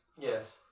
Yes